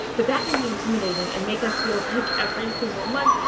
but that can be intimidating and make us feel like every single month,